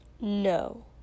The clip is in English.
No